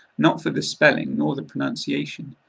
not for the spelling, nor the pronunciation.